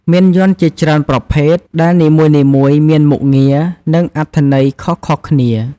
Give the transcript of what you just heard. មានយ័ន្តជាច្រើនប្រភេទ ដែលនីមួយៗមានមុខងារ និងអត្ថន័យខុសៗគ្នា។